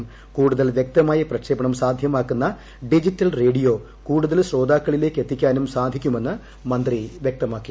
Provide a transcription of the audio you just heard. ക്ടൂടുതൽ വൃക്തമായ പ്രക്ഷേപണം സാധ്യമാക്കുന്ന ഡിജിറ്റൽ ഭർഡിയോ കൂടുതൽ ശ്രോതാകളിലേക്ക് എത്തിക്കാനും സ്ക്ധീക്കുമെന്ന് മന്ത്രി വ്യക്തമാക്കി